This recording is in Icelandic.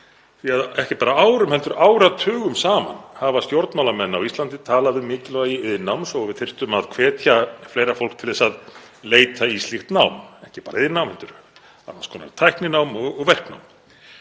Ekki bara árum heldur áratugum saman hafa stjórnmálamenn á Íslandi talað um mikilvægi iðnnáms og að við þyrftum að hvetja fleira fólk til að leita í slíkt nám, ekki bara iðnnám heldur annars konar tækninám og verknám.